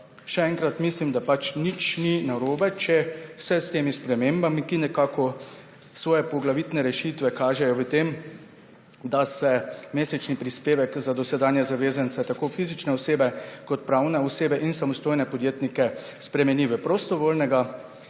Še enkrat mislim, da nič ni narobe, če se s temi spremembami, ki nekako svoje poglavitne rešitve kažejo v tem, da se mesečni prispevek za dosedanje zavezance, tako fizične osebe kot pravne osebe in samostojne podjetnike, spremeni v prostovoljnega